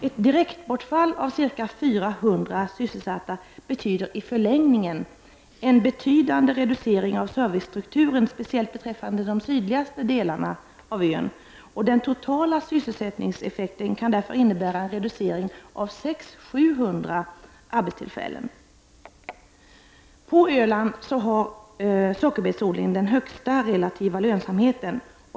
Ett direktbortfall av ca 400 sysselsättningstillfällen innebär i förlängningen en betydande reducering av servicestrukturen, speciellt beträffande de sydligaste delarna av ön. Den totala sysselsättningseffekten kan därför innebära en reducering av 600-700 arbetstillfällen. På Öland har sockerbetsodlingen den högsta relativa lönsamheten.